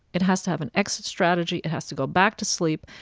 it has to have an exit strategy it has to go back to sleep.